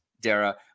Dara